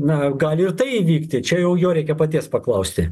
na gali ir tai įvykti čia jau jo reikia paties paklausti